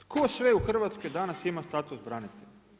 Tko sve u Hrvatskoj danas ima status branitelja?